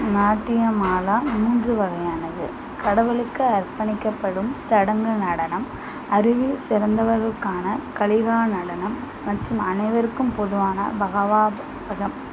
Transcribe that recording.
நாட்டிய மாலா மூன்று வகையானது கடவுளுக்கு அர்ப்பணிக்கப்படும் சடங்கு நடனம் அறிவில் சிறந்தவர்களுக்கான களிகா நடனம் மற்றும் அனைவருக்கும் பொதுவான பகவா வதம்